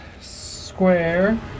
square